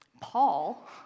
Paul